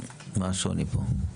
אוקיי.